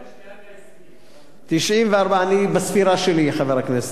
יש 120. 94, אני בספירה שלי, חבר הכנסת נסים זאב.